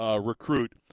recruit